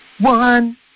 One